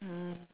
mm